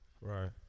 Right